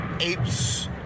apes